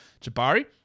Jabari